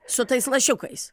su tais lašiukais